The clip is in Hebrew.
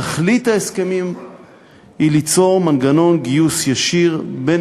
תכלית ההסכמים היא ליצור מנגנון גיוס ישיר בין